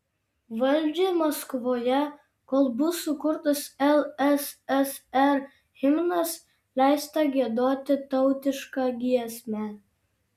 valdžia maskvoje kol bus sukurtas lssr himnas leista giedoti tautišką giesmę